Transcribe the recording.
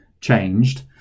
changed